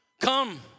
Come